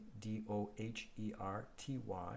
D-O-H-E-R-T-Y